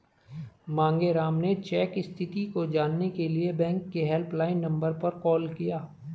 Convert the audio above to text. मांगेराम ने चेक स्थिति को जानने के लिए बैंक के हेल्पलाइन नंबर पर कॉल किया